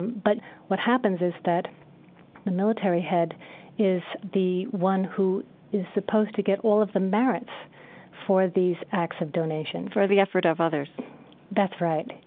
but what happens is that the military head is the one who is supposed to get all of the merits for these acts of donation for the effort of others that's right.